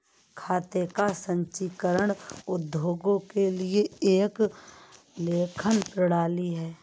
खाते का संचीकरण उद्योगों के लिए एक लेखन प्रणाली है